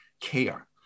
care